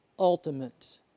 Ultimate